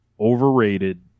overrated